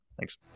Thanks